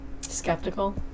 skeptical